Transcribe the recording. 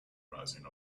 rising